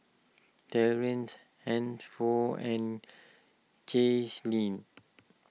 Tracie Hansford and Caitlyn